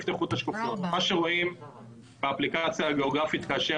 האדום מציין את כל המלאי עד שנת 2040. בעצם,